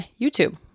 youtube